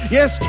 Yes